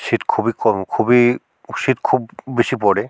শীত খুবই কম খুবই শীত খুব বেশি পড়ে